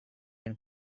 and